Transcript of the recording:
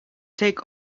take